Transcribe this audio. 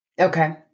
Okay